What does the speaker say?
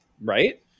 Right